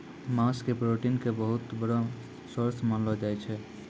मांस के प्रोटीन के बहुत बड़ो सोर्स मानलो जाय छै